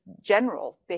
general